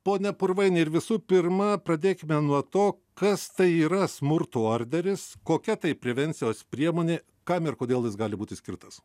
ponia purvaini ir visų pirma pradėkime nuo to kas tai yra smurto orderis kokia tai prevencijos priemonė kam ir kodėl jis gali būti skirtas